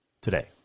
today